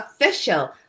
official